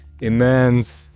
immense